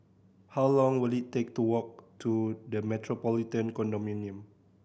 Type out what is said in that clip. how long will it take to walk to The Metropolitan Condominium